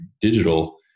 digital